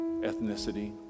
ethnicity